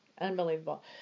Unbelievable